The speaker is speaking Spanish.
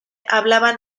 hablaban